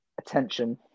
attention